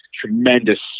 tremendous